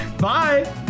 bye